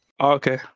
Okay